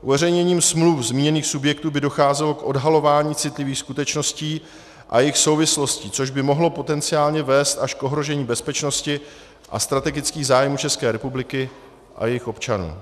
Uveřejněním smluv zmíněných subjektů by docházelo k odhalování citlivých skutečností a jejich souvislostí, což by mohlo potenciálně vést až k ohrožení bezpečnosti a strategických zájmů České republiky a jejích občanů.